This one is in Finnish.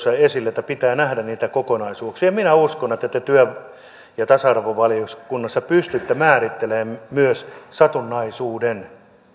esille pitää nähdä niitä kokonaisuuksia minä uskon että te työ ja tasa arvovaliokunnassa pystytte määrittelemään myös satunnaisuuden